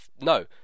no